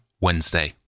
Wednesday